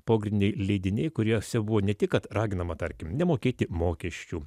pogrindiniai leidiniai kuriuose buvo ne tik kad raginama tarkim nemokėti mokesčių